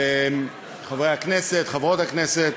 חברי הכנסת, חברות הכנסת,